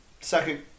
second